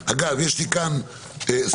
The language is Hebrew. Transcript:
אגב, יש לי כאן סיפור,